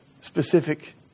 specific